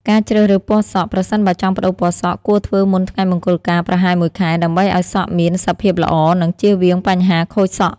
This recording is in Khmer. ការជ្រើសរើសពណ៌សក់ ប្រសិនបើចង់ប្តូរពណ៌សក់ គួរធ្វើមុនថ្ងៃមង្គលការប្រហែលមួយខែ ដើម្បីឱ្យសក់មានសភាពល្អ និងជៀសវាងបញ្ហាខូចសក់។